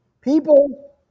people